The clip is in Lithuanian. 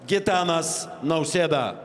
gitanas nausėda